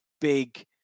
big